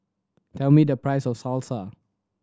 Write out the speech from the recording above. tell me the price of Salsa